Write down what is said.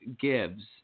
gives